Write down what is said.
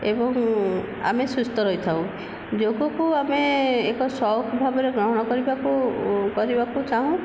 ଏବଂ ଆମେ ସୁସ୍ଥ ରହିଥାଉ ଯୋଗକୁ ଆମେ ଏକ ସଉକ ଭାବରେ ଗ୍ରହଣ କରିବାକୁ କରିବାକୁ ଚାହୁଁ